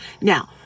Now